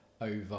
over